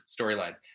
storyline